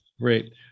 Great